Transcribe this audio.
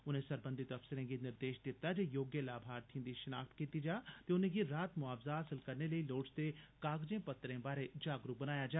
उनें सरबंधित अफसरें गी निर्देश दित्ता जे योग्य लाभार्थिएं दी शनाखत कीती जा ते उनेंगी राह्त मुआवजा हासल करने लेई लोड़चदे कागजें पत्रें बारै जागरूक कीता जा